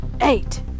Eight